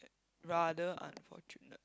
rather unfortunate